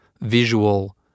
visual